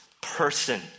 person